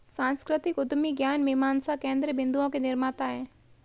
सांस्कृतिक उद्यमी ज्ञान मीमांसा केन्द्र बिन्दुओं के निर्माता हैं